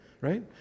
right